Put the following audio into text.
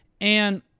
And-